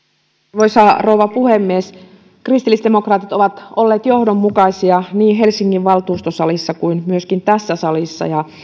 arvoisa rouva puhemies kristillisdemokraatit ovat olleet johdonmukaisia niin helsingin valtuustosalissa kuin myöskin tässä salissa ja